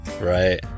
Right